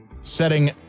setting